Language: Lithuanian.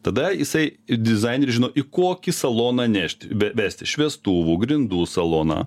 tada jisai dizaineris žino į kokį saloną nešti vesti šviestuvų grindų saloną